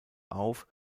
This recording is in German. auf